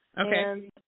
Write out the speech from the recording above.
Okay